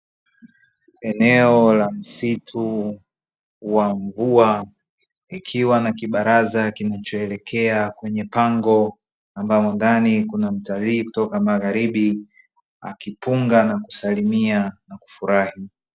Eneo la msitu wa mvua ikiwa na kibaraza kinachoelekea kwenye pango, ambapo ndani kuna mtarii kutoka magharibi akipunga na kusalimia akifurahi.